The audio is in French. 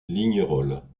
lignerolles